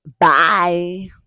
Bye